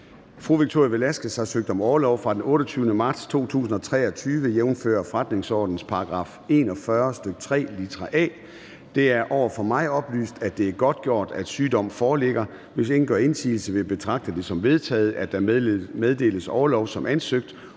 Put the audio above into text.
Victoria Velasquez (EL) har søgt om orlov fra den 28. marts 2023, jf. forretningsordenens § 41, stk. 3, litra a. Det er over for mig oplyst, at det er godtgjort, at sygdom foreligger. Hvis ingen gør indsigelse, vil jeg betragte det som vedtaget, at der meddeles orlov som ansøgt,